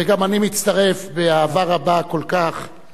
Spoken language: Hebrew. וגם אני מצטרף באהבה רבה כל כך על החלמתך.